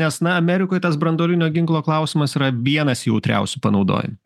nes na amerikoj tas branduolinio ginklo klausimas yra vienas jautriausių panaudojimų